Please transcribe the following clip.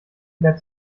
mehr